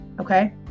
Okay